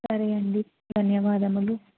సరే అండి ధన్యవాదములు